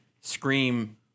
scream